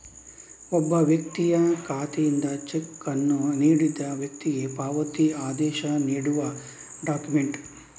ಒಬ್ಬ ವ್ಯಕ್ತಿಯ ಖಾತೆಯಿಂದ ಚೆಕ್ ಅನ್ನು ನೀಡಿದ ವ್ಯಕ್ತಿಗೆ ಪಾವತಿ ಆದೇಶ ನೀಡುವ ಡಾಕ್ಯುಮೆಂಟ್